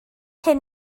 hyn